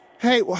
Hey